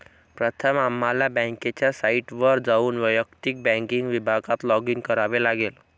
प्रथम आम्हाला बँकेच्या साइटवर जाऊन वैयक्तिक बँकिंग विभागात लॉगिन करावे लागेल